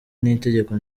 n’itegeko